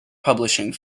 publishing